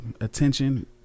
attention